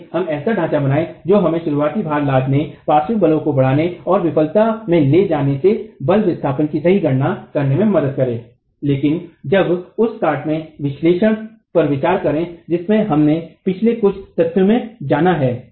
आइए एक ऐसा ढांचा बनाएं जो हमें शुरुआती भार लादने पार्श्विक बल को बढ़ाने और विफलता में ले जाने सेबल विस्थापन की सही गणना करने में मदद करे लेकिन अब उस काट के विश्लेषण पर विचार करें जिसे हमने पिछले कुछ तत्थों में जाना है